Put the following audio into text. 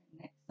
Next